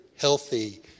healthy